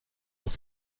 dans